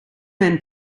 men